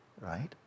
right